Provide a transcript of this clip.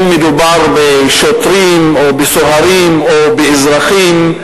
אם מדובר בשוטרים, או בסוהרים, או באזרחים,